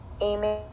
aiming